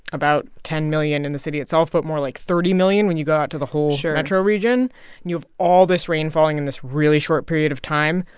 about ten million in the city itself but more like thirty million when you go out to the whole metro region you have all this rain falling in this really short period of time,